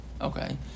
okay